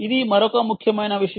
ఇది మరొక ముఖ్యమైన విషయం